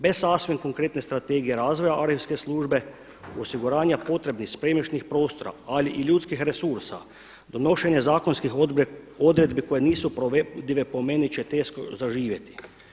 Bez sasvim konkretne strategije razvoja arhivske službe, osiguranja potrebnih spremišnih prostora ali i ljudskih resursa donošenje zakonskih odredbi koje nisu provedive po meni će teško zaživjeti.